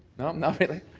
not not really?